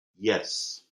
yes